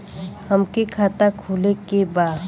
हमके खाता खोले के बा?